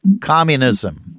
communism